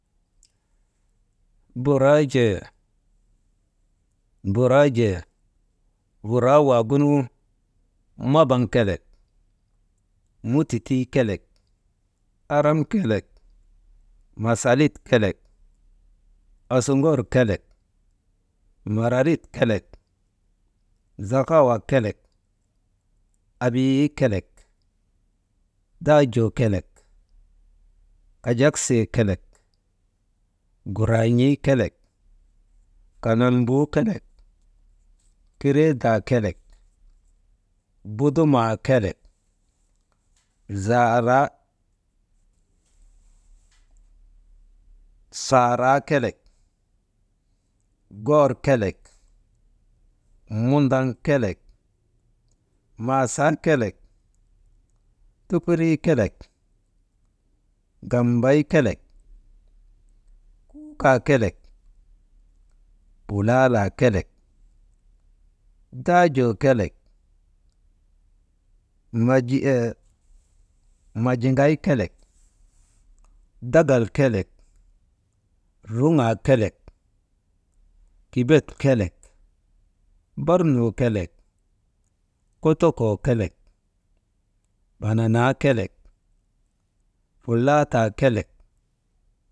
Buraa jee «hesitation» buraa waagununu, mabaŋ kelek mutitii kelek, aram kelek masaalit kelek, asuŋor kelek, maraarit kelek, zahaawa kelek, abiyii kelek, daajuu kelek, kajaksii kelek, guraan̰ii kelek, kanenbuu kelek, kireedaa kelek, budumaa kelek, zaara, saaraa kelek, goor kelek, mundaŋ kelek, masa kelek, tupurii kelek, gambay kelek, kuukaa, kelek, bulaalaa kelek, daajuu kelek,«hesitation» majiŋay kelek, dagal kelek, ruŋaa kelek, kibet kelek, bornuu kelek, kotokoo kelek, banana kelek, fulaataakelek.